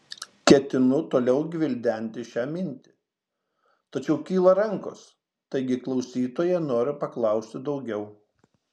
ketinu toliau gvildenti šią mintį tačiau kyla rankos taigi klausytojai nori paklausti daugiau